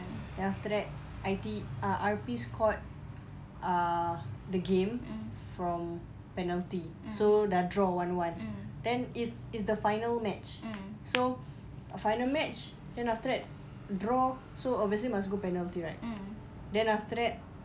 then after that I_T~ uh R_P scored uh the game from penalty so dah draw one one the it it's then final match so final match then after that draw so obviously must go penalty right then after that